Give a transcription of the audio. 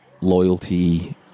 loyalty